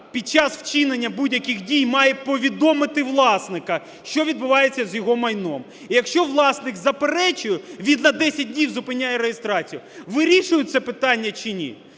під час вчинення будь-яких дій має повідомити власника, що відбувається з його майном. І якщо власник заперечує, він на 10 днів зупиняє реєстрацію. Вирішує це питання чи ні?